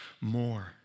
more